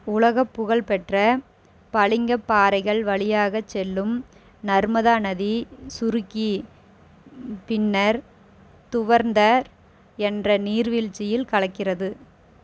உலகப் புகழ் பெற்ற பளிங்குப் பாறைகள் வழியாகச் செல்லும் நர்மதா நதி சுருக்கி பின்னர் துவந்தர் என்ற நீர்வீழ்ச்சியில் கலக்கிறது